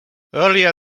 earlier